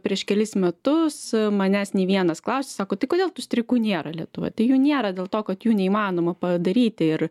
prieš kelis metus manęs nei vienas klausė sako tai kodėl tų streikų nėra lietuvoj tai jų nėra dėl to kad jų neįmanoma padaryti ir